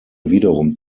wiederum